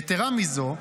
יתרה מזו,